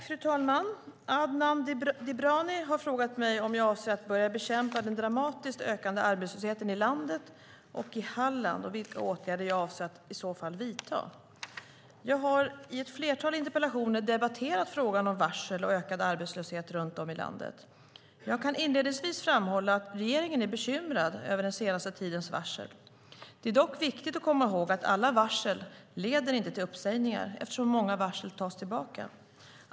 Fru talman! Adnan Dibrani har frågat mig om jag avser att börja bekämpa den dramatiskt ökade arbetslösheten i landet och i Halland och vilka åtgärder jag i så fall avser att vidta. Jag har i ett flertal interpellationer debatterat frågan om varsel och ökad arbetslöshet runt om i landet. Jag kan inledningsvis framhålla att regeringen är bekymrad över den senaste tidens varsel. Det är dock viktigt att komma ihåg att alla varsel inte leder till uppsägningar, eftersom många varsel tas tillbaka.